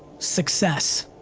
success.